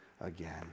again